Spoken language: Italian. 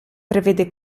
prevede